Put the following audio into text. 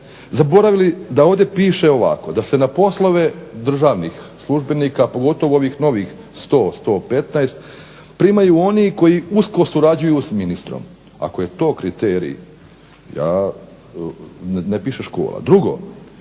zaboravili da ovdje piše ovako da se na poslove državnih službenika, pogotovo ovih novih 100, 115 primaju oni koji usko surađuju s ministrom. Ako je to kriterij ja ne piše škola. Drugo,